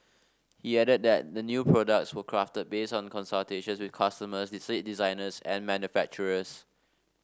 he added that the new products were crafted based on consultations with customers seat designers and manufacturers